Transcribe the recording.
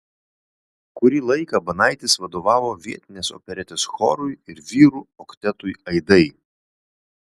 kurį laiką banaitis vadovavo vietinės operetės chorui ir vyrų oktetui aidai